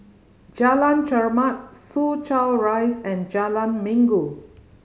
Jalan Chermat Soo Chow Rise and Jalan Minggu